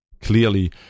Clearly